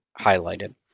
highlighted